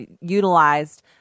utilized